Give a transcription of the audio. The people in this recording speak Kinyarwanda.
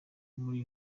muri